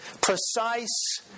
precise